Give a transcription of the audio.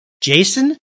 Jason